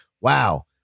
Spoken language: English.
Wow